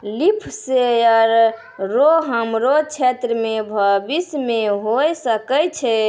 लिफ sensor रो हमरो क्षेत्र मे भविष्य मे होय सकै छै